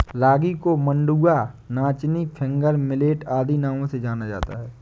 रागी को मंडुआ नाचनी फिंगर मिलेट आदि नामों से जाना जाता है